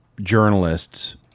journalists